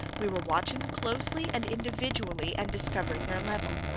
we were watching them closely and individually and discovering their level.